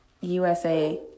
USA